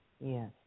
yes